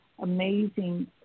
amazing